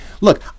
Look